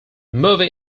movie